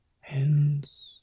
hands